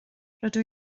rydw